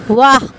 واہ